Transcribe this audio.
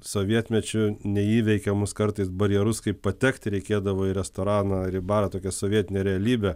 sovietmečiu neįveikiamus kartais barjerus kaip patekti reikėdavo į restoraną ar į barą tokia sovietinė realybė